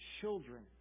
children